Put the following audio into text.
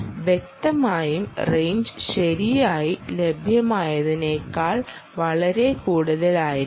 വ്യക്തമായും റേഞ്ച് ശരിയായി ലഭ്യമായതിനേക്കാൾ വളരെ കൂടുതലായിരിക്കണം